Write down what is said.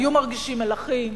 היו מרגישים מלכים,